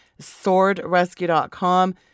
SwordRescue.com